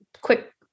quick